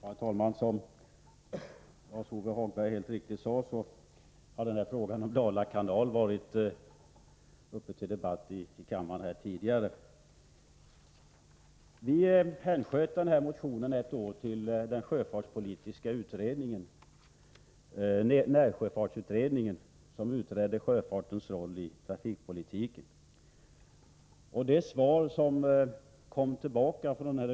Herr talman! Som Lars-Ove Hagberg helt riktigt sade har frågan om Dala kanal tidigare debatterats här i kammaren. Motionen i detta sammanhang hänsköts ett år till den sjöfartspolitiska utredningen, närsjöfartsutredningen, som granskade sjöfartens roll i trafikpolitiken.